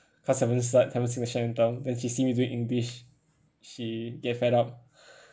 class hasn't start haven't sing national anthem then he see me doing english he get fed up